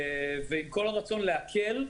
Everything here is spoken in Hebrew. ועם כל הרצון להקל,